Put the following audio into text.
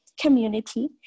community